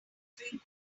free